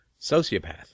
sociopath